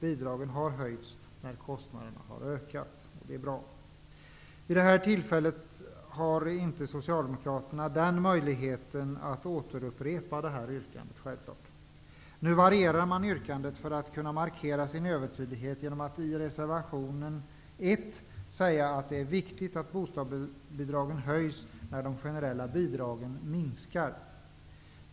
Bidragen har höjts när kostnaderna har ökat. Det är bra. Vid detta tillfälle har socialdemokraterna självfallet inte möjligheten att återupprepa detta yrkande. Nu varierar man yrkandet för att kunna markera sin övertydlighet genom att i reservation nr 1 säga att det är viktigt att bostadsbidragen höjs när de generella bidragen minskar.